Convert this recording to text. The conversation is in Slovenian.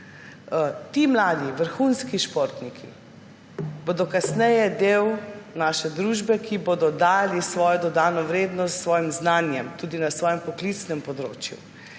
Ti mladi vrhunski športniki bodo kasneje del naše družbe in bodo dali svojo dodano vrednost s svojim znanjem tudi na svojem poklicnem področju.